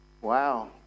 Wow